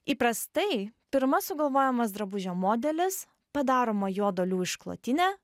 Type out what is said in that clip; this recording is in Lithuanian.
įprastai pirma sugalvojamas drabužio modelis padaroma jo dalių išklotinė